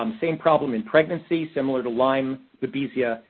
um same problem in pregnancies-similar to lyme, babesia,